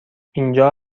اینجا